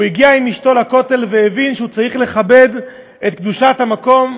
הוא הגיע עם אשתו לכותל והבין שהוא צריך לכבד את קדושת המקום: